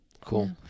Cool